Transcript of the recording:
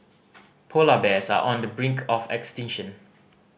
polar bears are on the brink of extinction